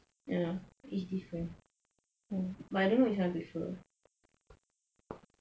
ya it's different but I don't know which one prefer